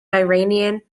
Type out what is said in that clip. iranian